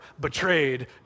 betrayed